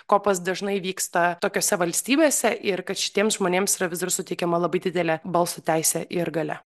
kopas dažnai vyksta tokiose valstybėse ir kad šitiem žmonėms yra vis dar suteikiama labai didelė balso teisė ir galia